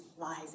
lies